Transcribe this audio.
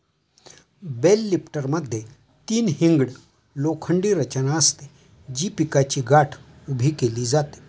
bell लिफ्टरमध्ये तीन hinged लोखंडी रचना असते, जी पिकाची गाठ उभी केली जाते